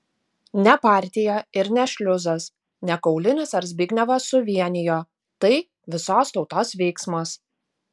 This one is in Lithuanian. ne partija ir ne šliuzas ne kaulinis ar zbignevas suvienijo tai visos tautos veiksmas